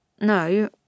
no